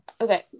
okay